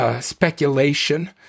speculation